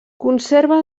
conserva